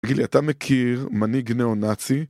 גילי, אתה מכיר מנהיג נאו-נאצי?